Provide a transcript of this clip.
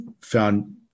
found